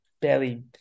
barely